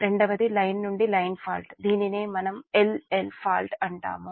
రెండవది లైన్ నుండి line fault దీనినే మనం L L ఫాల్ట్ అంటాము